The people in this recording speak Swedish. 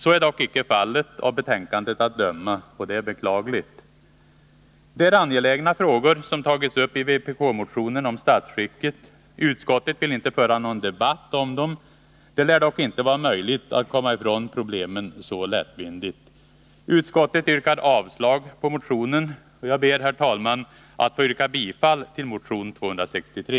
Så är dock inte fallet av betänkandet att döma. Det är beklagligt. Det är angelägna frågor som tagits upp i vpk-motionen om statsskicket. Utskottet vill inte föra någon debatt om dem. Det lär dock inte vara möjligt att komma ifrån problemen så lättvindigt. Utskottet yrkar avslag på motionen. Jag ber, herr talman, att få yrka bifall till motion 263.